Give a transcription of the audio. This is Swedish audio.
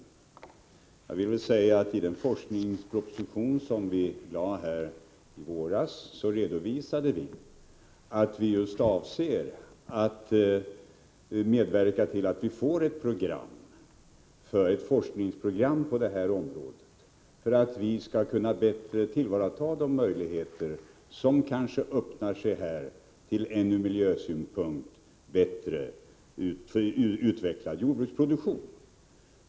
Men jag hänvisar till att i den forskningsproposition som vi förelade riksdagen i våras redovisade vi ett forskningsprogram på det här området, så att vi bättre skall kunna tillvarata de möjligheter som kanske öppnar sig här till en ur miljösynpunkt bättre utvecklad jordbruksproduktion.